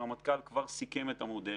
הרמטכ"ל כבר סיכם את המודל